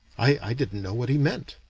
i didn't know what he meant.